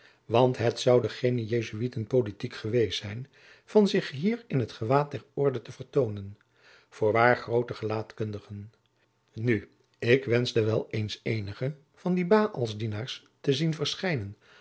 want het zoude geene jesuitenpolitiek geweest zijn van zich hier in het gewaad der orde te vertoonen voorwaar groote gelaatkundigen nu ik wenschte wel eens eenigen van die baälsdienaars te zien verschijnen